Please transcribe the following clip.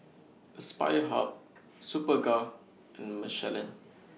Aspire Hub Superga and Michelin